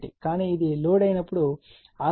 కానీ ఇది లోడ్ అయినప్పుడు ఆ సమయంలో ఇది R1 X1